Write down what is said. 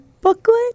booklet